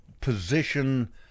position